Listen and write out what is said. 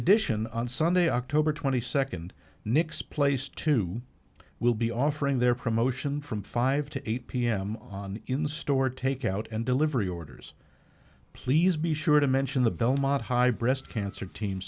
addition on sunday october twenty second knicks place two will be offering their promotion from five to eight pm on in store takeout and delivery orders please be sure to mention the belmont high breast cancer team